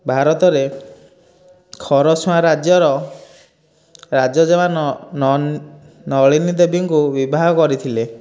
ଭାରତରେ ଖରଛୁଆଁ ରାଜ୍ୟର ରାଜଜେମାନ ନଳିନୀ ଦେବୀଙ୍କୁ ବିବାହ କରିଥିଲେ